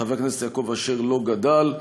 חבר הכנסת יעקב אשר, לא גדל.